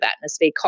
atmosphere